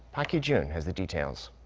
park hee-jun has the details.